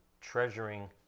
treasuring